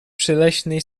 przyleśnej